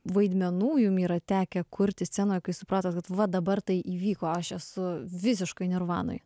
vaidmenų jum yra tekę kurti scenoje kai supratot kad va dabar tai įvyko aš esu visiškai nirvanoj